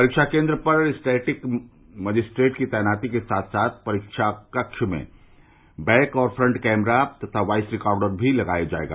परीक्षा केन्द्र पर स्टेटिक मजिस्ट्रेट की तैनाती के साथ साथ परीक्षा कक्ष में बैक और फ्रेट कैमरा तथा वाईस रिकॉर्डर भी लगाया जायेगा